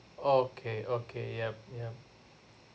okay okay yup yup